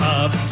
up